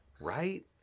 Right